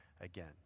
again